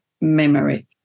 memory